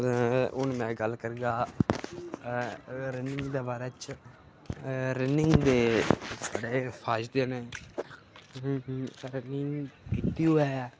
हून में गल्ल करगा रनिंग दे बारे च रनिंग जेह्ड़े फायदे न रनिंग कीती होऐ